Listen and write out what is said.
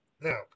Now